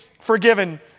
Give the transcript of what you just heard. forgiven